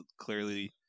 clearly